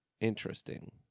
interesting